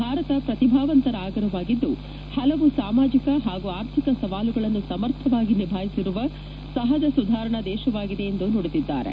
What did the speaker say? ಭಾರತ ಪ್ರತಿಭಾವಂತರ ಆಗರವಾಗಿದ್ದು ಪಲವು ಸಾಮಾಜಕ ವಾಗೂ ಆರ್ಥಿಕ ಸವಾಲುಗಳನ್ನು ಸಮರ್ಥವಾಗಿ ನಿಭಾಯಿಸಿರುವ ಸಪಜ ಸುಧಾರಣಾ ದೇಶವಾಗಿದೆ ಎಂದು ನುಡಿದಿದ್ದಾರೆ